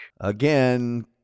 Again